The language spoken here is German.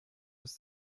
aus